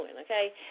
okay